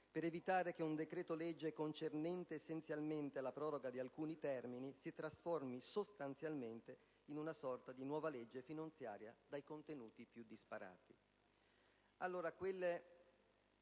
per evitare che un decreto-legge concernente essenzialmente la proroga di alcuni termini si trasformi sostanzialmente in una sorta di nuova legge finanziaria dai contenuti più disparati.